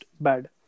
bad